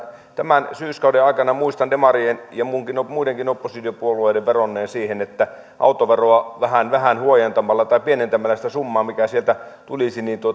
tämän syyskauden aikana muistan demarien ja muidenkin oppositiopuolueiden vedonneen siihen että autoveroa vähän vähän huojentamalla tai pienentämällä sitä summaa mikä sieltä tulisi